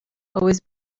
always